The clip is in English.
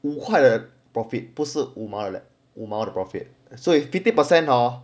五块的 profit 不是五毛的了五毛的 profit so if fifty percent hor